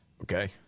Okay